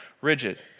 rigid